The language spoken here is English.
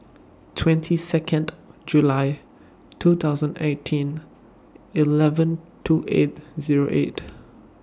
twenty Second July two thousand eighteen eleven two eight Zero eight